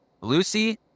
Lucy